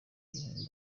ibihimbano